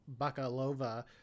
Bakalova